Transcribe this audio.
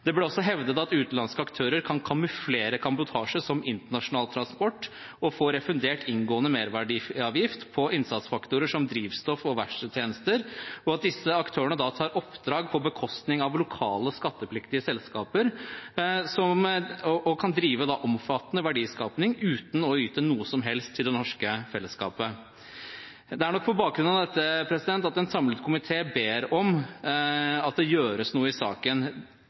Det ble også hevdet at utenlandske aktører kan kamuflere kabotasje som internasjonal transport og få refundert inngående merverdiavgift på innsatsfaktorer som drivstoff og verkstedtjenester, og at disse aktørene da tar oppdrag på bekostning av lokale skattepliktige selskaper og kan drive omfattende verdiskaping uten å yte noe som helst til det norske fellesskapet. Det er nok på bakgrunn av dette at en samlet komité ber om at det gjøres noe i saken: